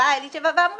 באה אלישבע ואמרה